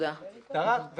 דרך,